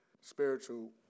spiritual